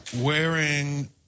Wearing